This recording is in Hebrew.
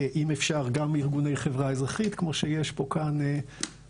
אם אפשר גם ארגוני חברה אזרחית כמו שיש פה גם נהדרים,